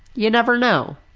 you never know,